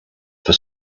for